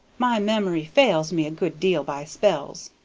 my memory fails me a good deal by spells.